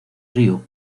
ryu